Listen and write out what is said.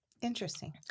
Interesting